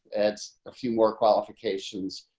it's a few more qualifications,